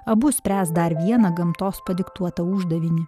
abu spręs dar vieną gamtos padiktuotą uždavinį